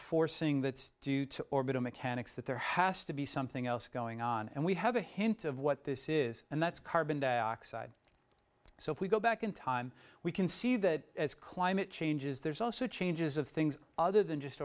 forcing that's due to orbital mechanics that there has to be something else going on and we have a hint of what this is and that's carbon dioxide so if we go back in time we can see that as climate changes there's also changes of things other than just